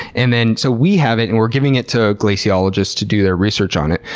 and then so we have it and we're giving it to glaciologists to do their research on it,